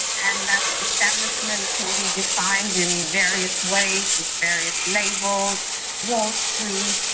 and that establishment can be defined in various ways with various labels wall street,